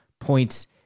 points